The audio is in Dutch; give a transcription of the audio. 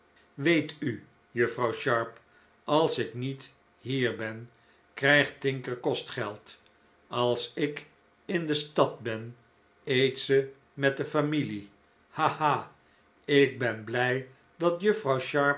weet u juffrouw sharp als ik niet hier ben krijgt tinker kostgeld als ik in de stad ben eet ze met de familie ha ha ik ben blij dat juffrouw